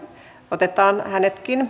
otetaan hänetkin